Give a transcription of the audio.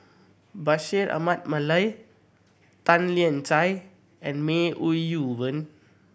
Bashir Ahmad Mallal Tan Lian Chye and May Ooi Yu Fen